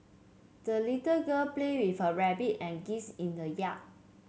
the little girl played with her rabbit and geese in the yard